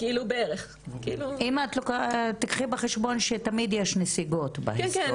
כאילו בערך--- תקחי בחשבון שתמיד יש נסיבות בהיסטוריה.